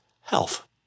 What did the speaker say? health